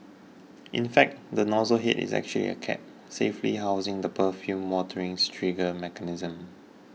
in fact the nozzle head is actually a cap safely housing the perfumed waterings trigger mechanism